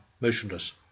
motionless